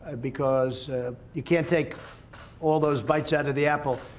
because you can't take all those bytes out of the apple.